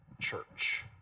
church